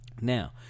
Now